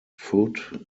food